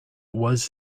was